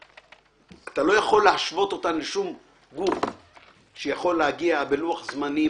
אתה לא יכול להשוות אותן לשום גוף שיכול להגיע בלוח זמנים